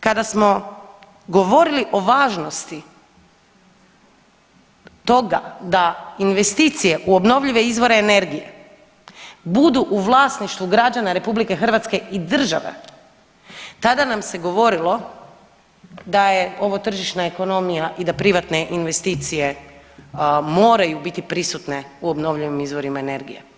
Kada smo govorili o važnosti toga da investicije u obnovljive izvore energije budu vlasništvu građana RH i države tada nam se govorilo da je ovo tržišna ekonomija i da privatne investicije moraju biti prisutne u obnovljivim izvorima energije.